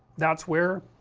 that's where,